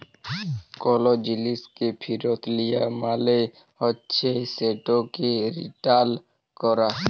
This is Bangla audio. কল জিলিসকে ফিরত লিয়া মালে হছে সেটকে রিটার্ল ক্যরা